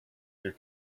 your